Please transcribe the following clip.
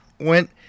went